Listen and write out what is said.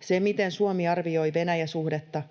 Se, miten Suomi arvioi Venäjä-suhdetta